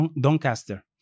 Doncaster